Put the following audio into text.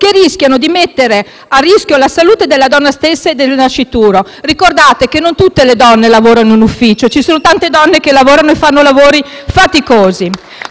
che rischiano di mettere in pericolo la salute della donna stessa e del nascituro. Ricordate che non tutte le donne lavorano in ufficio; ci sono tante donne che lavorano e fanno lavori faticosi.